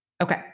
Okay